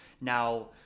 Now